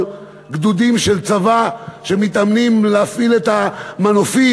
גדודים של צבא שמתאמנים להפעיל את המנופים.